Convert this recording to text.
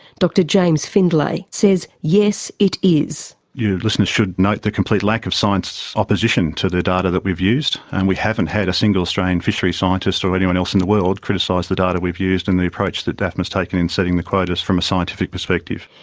dr james findlay says yes, it is. your listeners should note the complete lack of science opposition to the data that we've used, and we haven't had a single australian fishery scientist, or anyone else in the world, criticise the data we've used and the approach that afma's taken in setting the quotas from a scientific perspective.